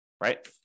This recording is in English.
right